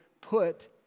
put